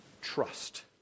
Trust